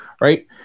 right